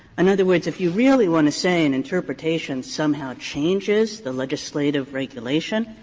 in other words, if you really want to say an interpretation somehow changes the legislative regulation,